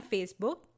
Facebook